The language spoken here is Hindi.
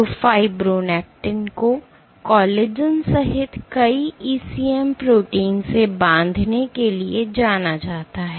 तो फाइब्रोनेक्टिन को कोलेजन सहित कई ECM प्रोटीन से बांधने के लिए जाना जाता है